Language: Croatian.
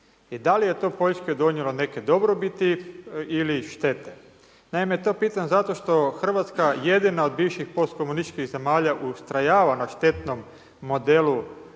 i da li je to Poljskoj donijelo neke dobrobiti ili štete? Naime, to pitam zato što RH jedina od bivših postkomunističkih zemalja ustrajava na štetnom modelu